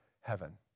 heaven